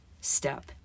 step